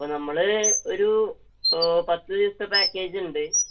അപ്പോള് നമ്മുടെ ഒരു പത്ത് ദിവസത്തെ പാക്കേജുണ്ട്